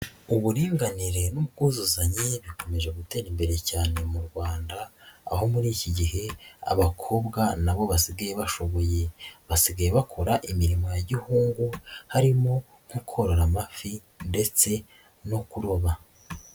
Uburinganire n'ubwuzuzanye bikomeje gutera imbere cyane mu Rwanda aho muri iki gihe abakobwa na bo basigaye bashoboye, basigaye bakora imirimo ya gihungu harimo nko korora amafi ndetse no kuroba.